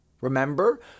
Remember